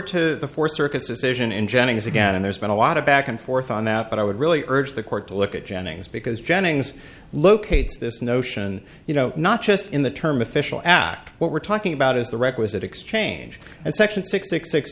to the four circuits decision in jennings again and there's been a lot of back and forth on that but i would really urge the court to look at jennings because jennings locates this notion you know not just in the term official act what we're talking about is the requisite exchange and section six six six